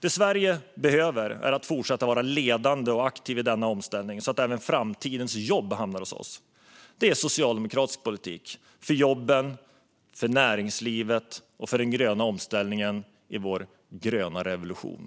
Det Sverige behöver är att fortsätta vara ledande och aktivt i denna omställning, så att även framtidens jobb hamnar hos oss. Det är socialdemokratisk politik - för jobben, för näringslivet och för den gröna omställningen i vår gröna revolution.